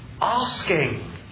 asking